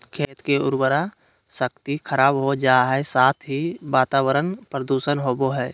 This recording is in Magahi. खेत के उर्वरा शक्ति खराब हो जा हइ, साथ ही वातावरण प्रदूषित होबो हइ